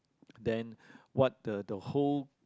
then what the the whole